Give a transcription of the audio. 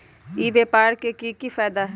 ई व्यापार के की की फायदा है?